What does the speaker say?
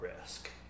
risk